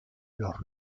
los